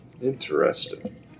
Interesting